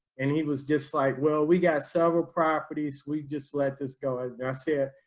and he was just like, well, we got several properties. we just let this go. i ah said,